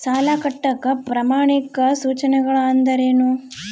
ಸಾಲ ಕಟ್ಟಾಕ ಪ್ರಮಾಣಿತ ಸೂಚನೆಗಳು ಅಂದರೇನು?